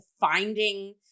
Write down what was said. finding